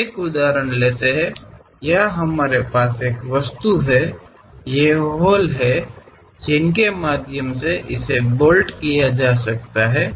एक उदाहरण लेते हैं यहाँ हमारे पास एक वस्तु है ये हॉल हैं जिनके माध्यम से इसे बोल्ट किया जा सकता है